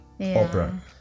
opera